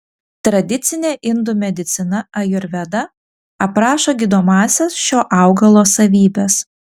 tradicinė indų medicina ajurveda aprašo gydomąsias šio augalo savybes